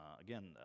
again